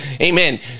Amen